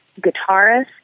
guitarist